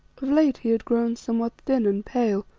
late he had grown somewhat thin and pale,